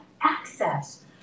access